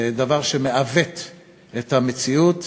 דבר שמעוות את המציאות.